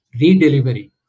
re-delivery